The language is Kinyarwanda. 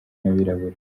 n’abirabura